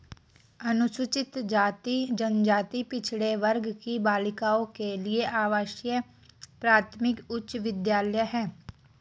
अनुसूचित जाति जनजाति पिछड़े वर्ग की बालिकाओं के लिए आवासीय प्राथमिक उच्च विद्यालय है